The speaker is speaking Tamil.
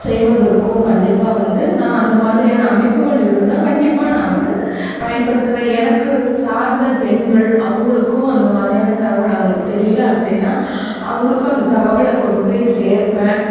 செய்வதற்கும் கண்டிப்பாக வந்து நான் அந்தமாதிரியான அமைப்புகள் இருந்தால் கண்டிப்பாக நான் வந்து பயன்படுத்துவேன் எனக்கு சார்ந்த பெண்கள் அவங்களுக்கும் அந்தமாதிரியான தகவல் அவங்களுக்கு தெரியலை அப்படினா அவங்களுக்கும் அந்த தகவலை கொண்டு போய் சேர்ப்பேன்